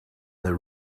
there